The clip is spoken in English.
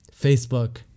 Facebook